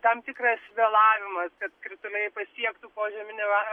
tam tikras vėlavimas kad krituliai pasiektų požeminį va